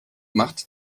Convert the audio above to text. macht